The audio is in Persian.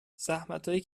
زحمتایی